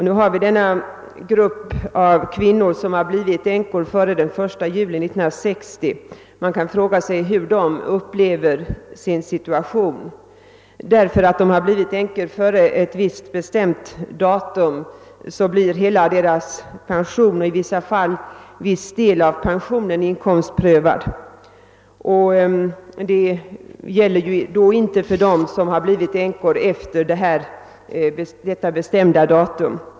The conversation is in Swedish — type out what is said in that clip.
Just nu diskuterar vi alltså si Man kan fråga sig hur dessa kvinnor upplever sin situation att få hela sin pension eller i vissa fall en del därav inkomstprövad därför att de blivit änkor före ett visst bestämt datum. Detta gäller inte för dem som blivit änkor efter detta bestämda datum.